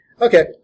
Okay